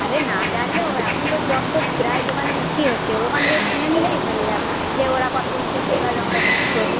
আরে না জানলেও এখন তো চপ তো প্রায় দোকানে বিক্রি হচ্ছে ওখান থেকে শুনে নিলেই হয়ে যাবে যে ওরা কতো করে নিচ্ছে সেইভাবে আমরা বিক্রি করবো